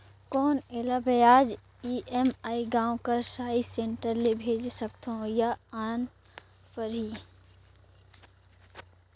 कौन एला ब्याज ई.एम.आई गांव कर चॉइस सेंटर ले भेज सकथव या आना परही?